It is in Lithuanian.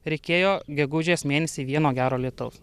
reikėjo gegužės mėnesį vieno gero lietaus